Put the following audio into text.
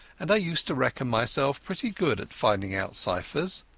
and i used to reckon myself pretty good at finding out cyphers.